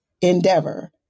endeavor